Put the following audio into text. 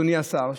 אדוני השר,